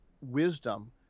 wisdom